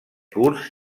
curs